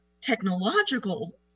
technological